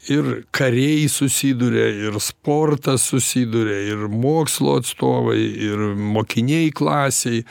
ir kariai susiduria ir sportas susiduria ir mokslo atstovai ir mokiniai klasėj